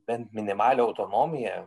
bent minimalią autonomiją